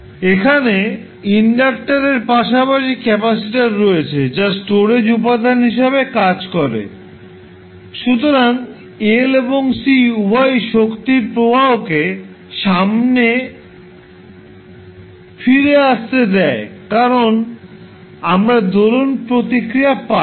এখানে ইন্ডাক্টার এর পাশাপাশি ক্যাপাসিটার রয়েছে যা স্টোরেজ উপাদান হিসাবে কাজ করে সুতরাং L এবং C উভয়ই শক্তির প্রবাহকে সামনে ফিরে আসতে দেয় কারণ আমরা দোলন প্রতিক্রিয়া পাই